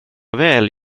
väl